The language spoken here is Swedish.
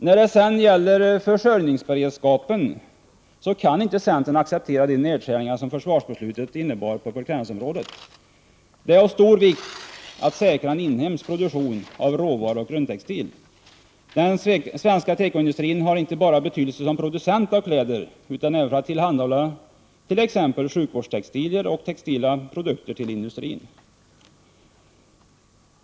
När det sedan gäller försörjningsberedskapen kan inte centern acceptera de nedskärningar som försvarsbeslutet innebar på beklädnadsområdet. Det är av stor vikt att säkra en inhemsk produktion av råvaror och grundtextil. Den svenska tekoindustrin har betydelse inte bara som producent av kläder utan även för att tillhandahålla t.ex. sjukvårdstextilier och textila produkter till industrin.